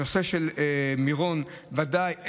בנושא של מירון ודאי,